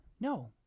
No